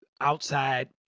outside